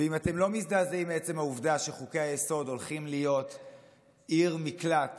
ואם אתם לא מזדעזעים מעצם העובדה שחוקי-היסוד הולכים להיות עיר מקלט